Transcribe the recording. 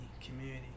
community